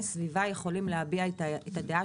סביבה יכולים להביע את הדעה שלהם.